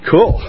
Cool